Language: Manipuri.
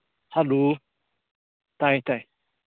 ꯍꯂꯣ ꯇꯥꯏ ꯇꯥꯏ